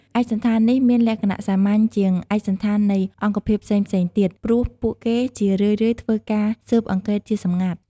ឯកសណ្ឋាននេះមានលក្ខណៈសាមញ្ញជាងឯកសណ្ឋាននៃអង្គភាពផ្សេងៗទៀត ព្រោះពួកគេជារឿយៗធ្វើការស៊ើបអង្កេតជាសម្ងាត់។